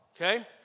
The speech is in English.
okay